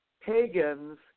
pagans